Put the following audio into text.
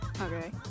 Okay